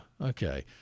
Okay